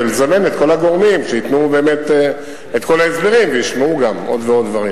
ולזמן את כל הגורמים שייתנו את כל ההסברים וישמעו עוד ועוד דברים.